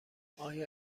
آیا